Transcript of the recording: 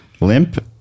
Limp